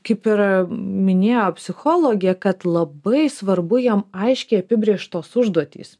kaip ir minėjo psichologė kad labai svarbu jam aiškiai apibrėžtos užduotys